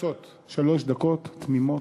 שלוש דקות תמימות.